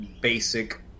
basic